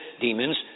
demons